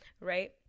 right